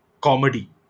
comedy